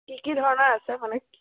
কি কি ধৰণৰ আছে মানে